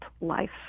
life